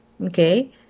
okay